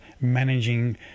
managing